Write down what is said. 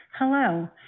Hello